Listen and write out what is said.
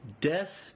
Death